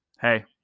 hey